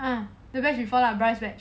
ah later before ah